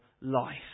life